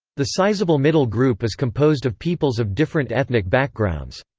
the sizable middle group is composed of peoples of different ethnic backgrounds.